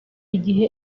igihe